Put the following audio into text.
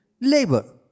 labor